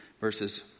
verses